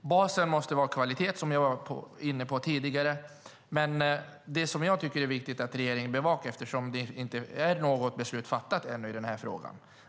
Basen måste vara kvalitet, som jag var inne på tidigare. Det som jag tycker är viktigt att regeringen bevakar, eftersom det inte är något beslut fattat ännu i denna fråga,